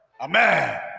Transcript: Amen